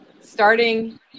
starting